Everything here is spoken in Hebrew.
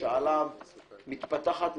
שעליו היא מתפתחת.